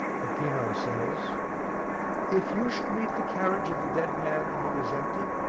peppino says if you shall meet the carriage of the dead man and it is empty,